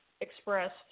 expressed